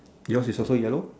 yours is also yellow